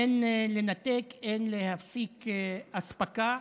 אין לנתק ואין להפסיק אספקה,